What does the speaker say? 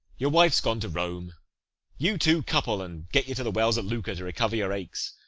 your wife s gone to rome you two couple, and get you to the wells at lucca to recover your aches.